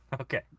Okay